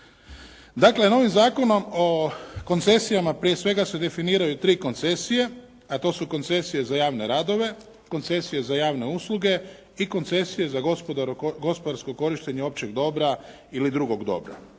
Dakle, novim Zakonom o koncesijama prije svega se definiraju tri koncesije, a to su koncesije za javne radove, koncesije za javne usluge i koncesije za gospodarsko korištenje općeg dobra ili drugog dobra.